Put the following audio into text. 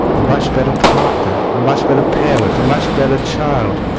a much better partner, a much better parent a much better child,